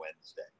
Wednesday